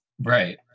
Right